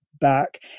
back